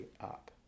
up